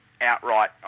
outright